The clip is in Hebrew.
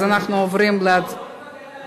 אז אנחנו עוברים, לא, הוא לא מוותר על הרוויזיה.